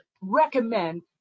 recommend